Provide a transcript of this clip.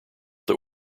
that